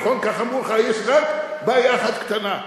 נכון כך אמרו לך, שיש רק בעיה אחת קטנה?